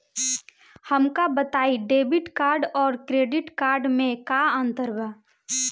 हमका बताई debit card और क्रेडिट कार्ड में का अंतर बा?